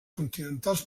continentals